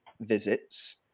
visits